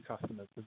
customers